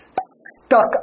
stuck